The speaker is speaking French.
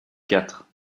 quatre